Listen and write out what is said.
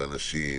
ואנשים,